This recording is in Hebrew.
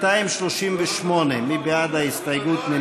238, מי בעד ההסתייגות?